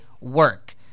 work